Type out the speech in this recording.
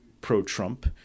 pro-Trump